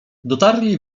dotarli